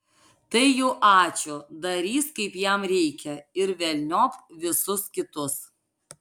tai jau ačiū darys kaip jam reikia ir velniop visus kitus